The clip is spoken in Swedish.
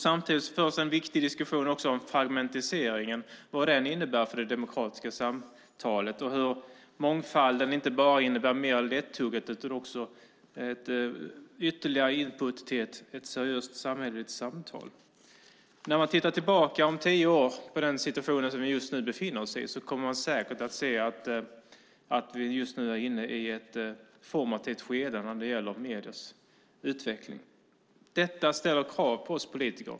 Samtidigt förs en viktig diskussion om vad fragmentiseringen innebär för det demokratiska samtalet och hur mångfalden inte bara innebär mer lättuggat utan också ytterligare input till ett seriöst samhälleligt samtal. När vi om tio år tittar tillbaka på den situation vi nu befinner oss i kommer vi säkert att se att vi just nu var inne i ett formativt skede när det gäller mediernas utveckling. Detta ställer krav på oss politiker.